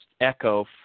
echo